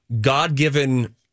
God-given